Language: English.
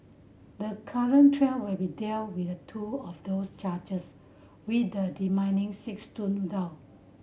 the current trial will be deal with two of those charges with the six stood down